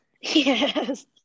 Yes